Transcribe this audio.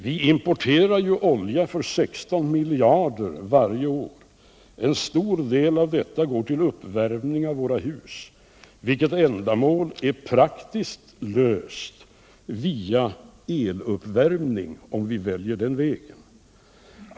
Vi importerar olja för 16 miljarder varje år. En stor del går till uppvärmning av våra hus. Vilket ändamål blir praktiskt uppfyllt via eluppvärmning, om vi väljer den vägen?